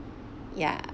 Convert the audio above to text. ya